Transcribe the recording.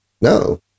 no